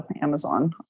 Amazon